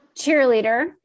cheerleader